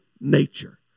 nature